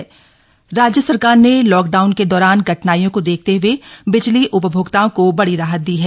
बिजली उपभोक्ता राहत राज्य सरकार ने लॉकडाउन के दौरान कठिनाइयों को देखते हुए बिजली उपभोक्ताओं को बड़ी राहत दी है